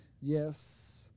yes